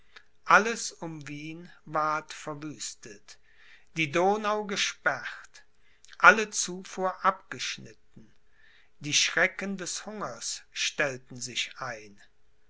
alles um wien ward verwüstet die donau gesperrt alle zufuhr abgeschnitten die schrecken des hungers stellten sich ein